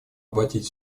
обратить